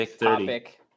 topic